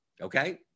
Okay